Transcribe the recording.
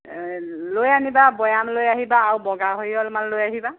লৈ আনিবা বৈয়াম লৈ আহিবা আৰু বগা সৰিয়হ অলপমান লৈ আহিবা